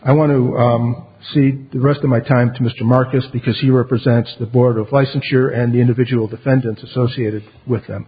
i want to see the rest of my time to mr marcus because he represents the board of licensure and the individual defendant associated with them